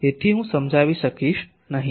તેથી હું સમજાવી શકીશ નહીં